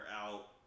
out